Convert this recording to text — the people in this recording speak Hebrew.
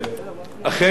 גברתי היושבת-ראש,